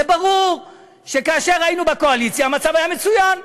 זה ברור שכאשר היינו בקואליציה המצב היה מצוין.